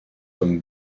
comme